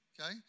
Okay